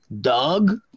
doug